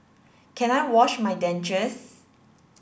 can I wash my dentures